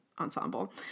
ensemble